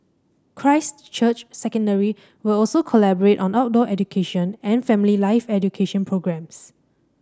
Christ Church Secondary will also collaborate on outdoor education and family life education programmes